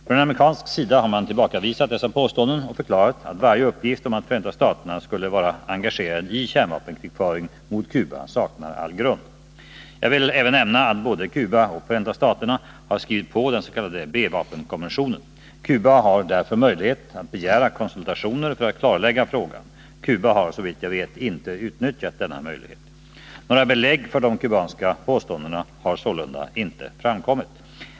Från amerikansk sida har man tillbakavisat dessa påståenden och förklarat att varje uppgift om att Förenta staterna skulle vara engagerade i B-vapenkrigföring mot Cuba saknar all grund. Jag vill även nämna att både Cuba och Förenta staterna har skrivit på den s.k. B-vapenkonventionen. Cuba har därför möjlighet att begära konsultationer för att klarlägga frågan. Cuba har såvitt jag vet inte utnyttjat denna möjlighet. Några belägg för de kubanska påståendena har sålunda inte framkommit.